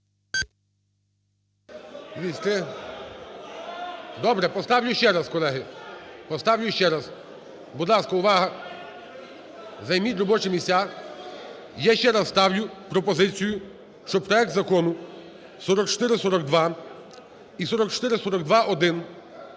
Добре, поставлю ще раз, колеги. Поставлю ще раз. Будь ласка, увага! Займіть робочі місця. Я ще раз ставлю пропозицію, щоб проект Закону 4442 і 4442-1